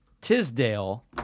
Tisdale